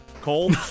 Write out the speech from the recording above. Cole